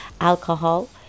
alcohol